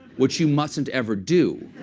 which you mustn't ever do.